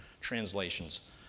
translations